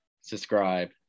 Subscribe